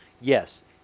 yes